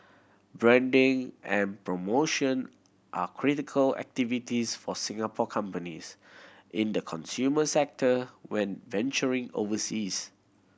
branding and promotion are critical activities for Singapore companies in the consumers sector when venturing overseas